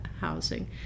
housing